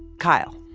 kyle